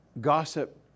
Gossip